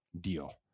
deal